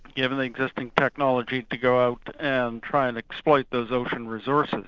given the existing technology, to go out and try and exploit those ocean resources.